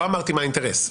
לא אמרתי מה האינטרס,